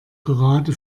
gerade